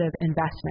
investment